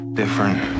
different